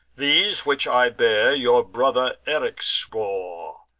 these which i bear your brother eryx bore,